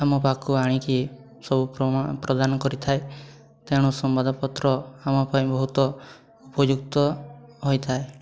ଆମ ପାଖକୁ ଆଣିକି ସବୁ ପ୍ରମାଣ ପ୍ରଦାନ କରିଥାଏ ତେଣୁ ସମ୍ବାଦପତ୍ର ଆମପାଇଁ ବହୁତ ଉପଯୁକ୍ତ ହୋଇଥାଏ